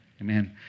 Amen